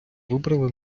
вибрали